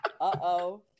Uh-oh